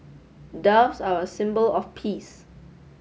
doves are a symbol of peace